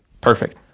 perfect